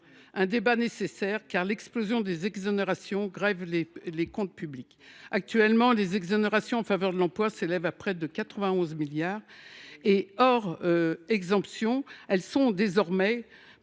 un débat nécessaire, car l’explosion de ces exonérations grève les comptes publics. Actuellement, les exonérations en faveur de l’emploi s’élèvent à près de 91 milliards d’euros. Hors exemptions, elles sont plafonnées